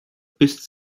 bis